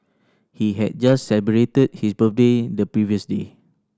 he had just celebrated his birthday the previous day